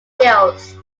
fields